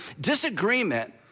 Disagreement